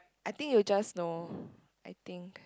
I think you just know I think